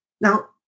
Now